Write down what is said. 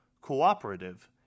cooperative